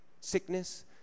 sickness